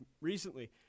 recently